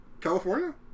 California